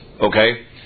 Okay